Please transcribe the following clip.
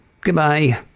goodbye